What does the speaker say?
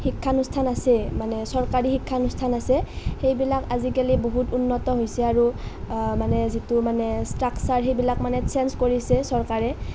শিক্ষানুস্থান আছে মানে চৰকাৰী শিক্ষানুস্থান আছে সেইবিলাক আজিকালি বহুত উন্নত হৈছে আৰু মানে যিটো মানে ষ্ট্ৰাকচাৰ সেইবিলাক মানে চেঞ্জ কৰিছে চৰকাৰে